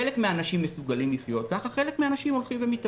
חלק מן האנשים מסוגלים לחיות כך וחלק מן האנשים מתאבדים,